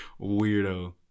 weirdo